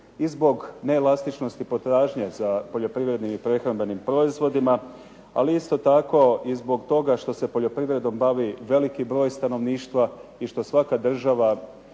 i zbog neelastičnosti potražnje za poljoprivrednim i prehrambenim proizvoda ali isto tako i zbog toga što se poljoprivredom bavi veliki broj stanovništva i što svaka država